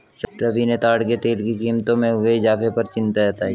रवि ने ताड़ के तेल की कीमतों में हुए इजाफे पर चिंता जताई